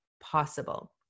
possible